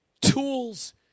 tools